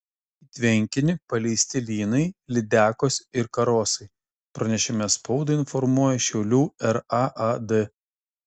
į tvenkinį paleisti lynai lydekos ir karosai pranešime spaudai informuoja šiaulių raad